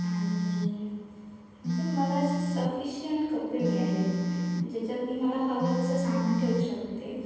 आणि म्हणजे मला असे सफिशिअंट कप्पे मिळालेत ज्याच्यात मी मला हवं तसं सामान ठेवू शकते